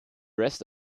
rest